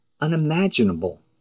unimaginable